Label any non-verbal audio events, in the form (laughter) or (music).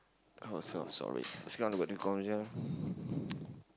oh so sorry (breath)